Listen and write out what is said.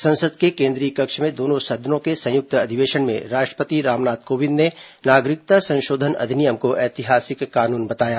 संसद के केन्द्रीय कक्ष में दोनों सदनों के संयुक्त अधिवेशन में राष्ट्रपति रामनाथ कोविंद ने नागरिकता संशोधन अधिनियम को ऐतिहासिक कानून बताया